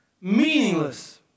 meaningless